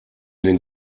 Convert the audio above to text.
den